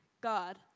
God